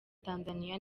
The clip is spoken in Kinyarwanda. tanzania